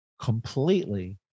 completely